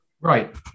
Right